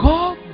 God